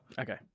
Okay